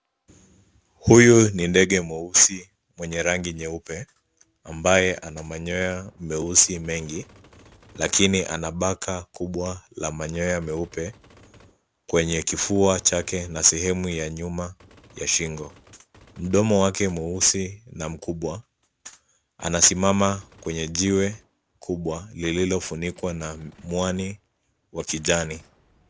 Huyu ni ndege mweusi mwenye rangi nyeupe ambaye ana manyoya meusi mengi, lakini ana baka kubwa la manyoa meupe, kwenye kifua chake na sehemu ya nyuma ya shingo. Mdomo wake mweusi na mkubwa. Anasimama kwenye jiwe kubwa lililofunikwa na mwani wa kijani.